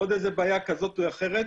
עוד איזו בעיה כזאת ואחרת,